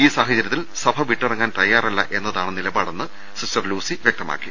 ഈ സാഹചര്യത്തിൽ സഭ വിട്ടിറങ്ങാൻ തയാറല്ല എന്നതാണ് നിലപാടെന്ന് സിസ്റ്റർ ലൂസി വ്യക്തമാക്കി